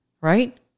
right